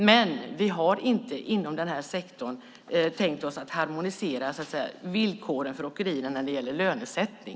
Men vi har inte inom den här sektorn tänkt oss att harmonisera villkoren för åkerier när det gäller lönesättning.